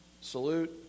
salute